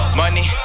money